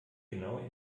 genaue